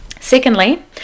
secondly